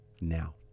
now